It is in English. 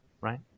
right